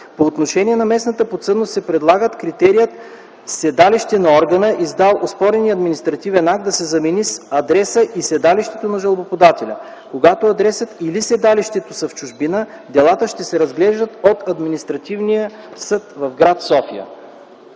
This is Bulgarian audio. По отношение на местната подсъдност се предлага критерият седалище на органа, издал оспорения административен акт, да се замени с адреса или седалището на жалбоподателя. Когато адресът или седалището са в чужбина, делата ще се разглеждат от Административния съд – София-град.